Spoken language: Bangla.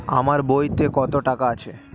আমার বইতে কত টাকা আছে?